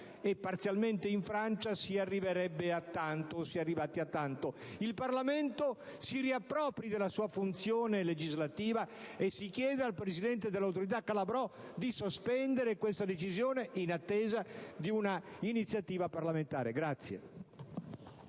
e parzialmente, in Francia, si arriverebbe a tanto, o si è arrivati a tanto. Il Parlamento si riappropri della sua funzione legislativa e si chieda al presidente dell'Autorità, Calabrò, di sospendere questa decisione in attesa di una iniziativa parlamentare.